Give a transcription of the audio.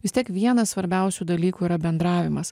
vis tiek vienas svarbiausių dalykų yra bendravimas